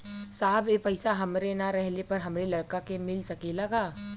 साहब ए पैसा हमरे ना रहले पर हमरे लड़का के मिल सकेला का?